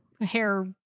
hair